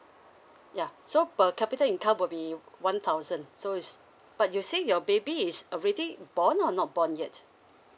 ya so per capita income will be one thousand so is but you say your baby is already born or not born yet